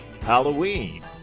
halloween